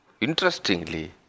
interestingly